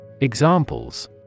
Examples